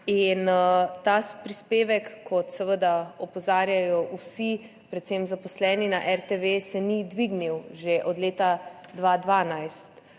in ta prispevek, kot seveda opozarjajo vsi, predvsem zaposleni na RTV, se ni dvignil že od leta 2012.